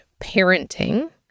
parenting